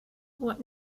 what